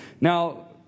Now